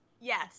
Yes